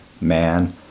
man